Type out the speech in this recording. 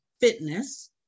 fitness